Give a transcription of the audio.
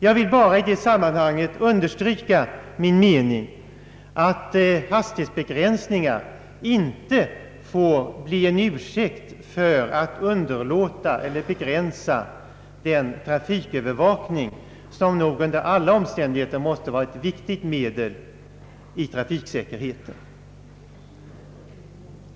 Jag vill i detta sammanhang understryka min mening att hastighetsbegränsningar inte får bli en ursäkt för att underlåta eller inskränka den trafikövervakning som nog under alla omständigheter måste betraktas som ett viktigt medel i fråga om trafiksäkerheten.